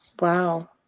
wow